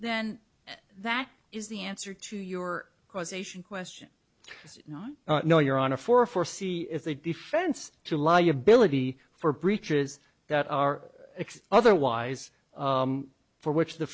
then that is the answer to your causation question not know you're on a four or four see if they defense to liability for breaches that are otherwise for which the